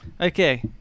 Okay